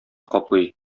каплый